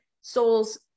soul's